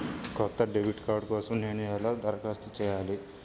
కొత్త debit card కోసం నేను ఎలా దరఖాస్తు చేయాలి?